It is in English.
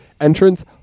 Entrance